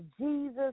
Jesus